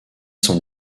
son